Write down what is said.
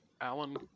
Alan